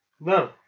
No